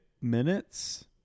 minutes